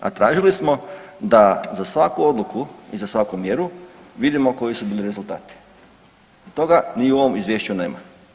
A tražili smo da za svaku odluku i za svaku mjeru vidimo koji su bili rezultati, toga i u ovom izvješću nema.